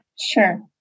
sure